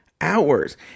hours